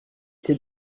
été